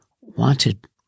wanted